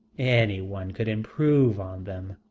any one could improve on them.